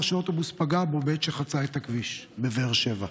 שאוטובוס פגע בו בעת שחצה את הכביש בבאר שבע.